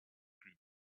group